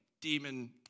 demon